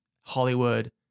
Hollywood